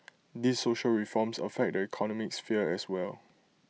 these social reforms affect the economic sphere as well